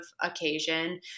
occasion